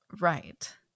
right